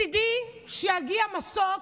מצידי שיגיע מסוק,